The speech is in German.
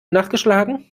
nachgeschlagen